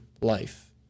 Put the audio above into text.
life